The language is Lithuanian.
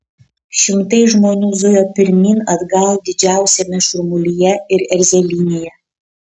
šimtai žmonių zujo pirmyn atgal didžiausiame šurmulyje ir erzelynėje